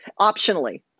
Optionally